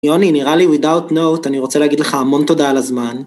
יוני, נראה לי without note אני רוצה להגיד לך המון תודה על הזמן.